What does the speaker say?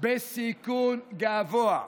בסיכון גבוה.